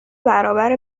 برابر